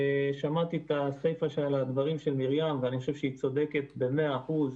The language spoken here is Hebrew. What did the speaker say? שמעתי את הסיפא של הדברים של מרים דידי ואני חושב שהיא צודקת במאה אחוז.